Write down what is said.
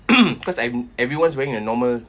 cause like everyone's wearing a normal